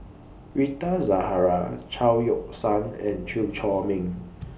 Rita Zahara Chao Yoke San and Chew Chor Meng